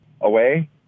away